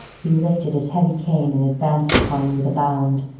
he lifted his heavy cane and advanced upon me with a bound,